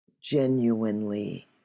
Genuinely